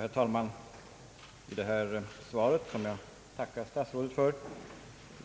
Herr talman! I detta svar, som jag tackar statsrådet för,